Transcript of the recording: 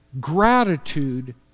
gratitude